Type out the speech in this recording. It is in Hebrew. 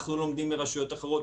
אנחנו לומדים מרשויות אחרות,